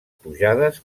pujades